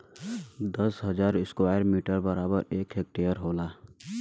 दस हजार square metre बराबर एक हेक्टेयर होला